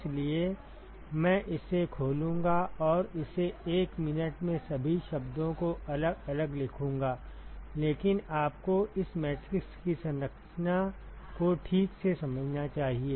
इसलिए मैं इसे खोलूंगा और इसे एक मिनट में सभी शब्दों को अलग अलग लिखूंगा लेकिन आपको इस मैट्रिक्स की संरचना को ठीक से समझना चाहिए